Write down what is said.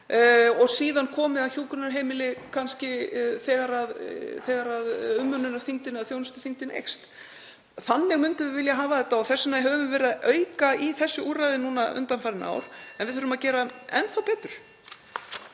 og síðan komi kannski að hjúkrunarheimili þegar umönnunarþyngdin eða þjónustuþyngdin eykst. Þannig myndum við vilja hafa þetta og þess vegna höfum við verið að auka í þessi úrræði undanfarin ár. En við þurfum að gera enn betur.